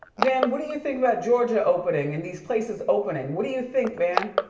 van, what do you think about georgia opening and these places opening? what do you think van?